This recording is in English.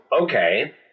okay